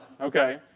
okay